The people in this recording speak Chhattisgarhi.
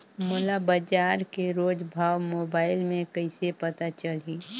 मोला बजार के रोज भाव मोबाइल मे कइसे पता चलही?